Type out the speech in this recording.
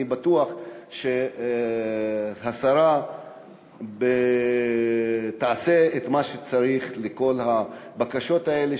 אני בטוח שהשרה תעשה את מה שצריך בכל הבקשות האלה,